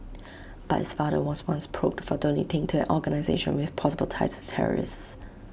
but his father was once probed for donating to an organisation with possible ties to terrorists